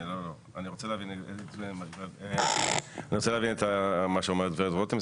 אני רוצה להבין את מה שאומרת גברת רותם,